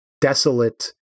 desolate